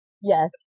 yes